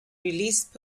released